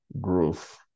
growth